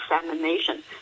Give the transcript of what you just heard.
examination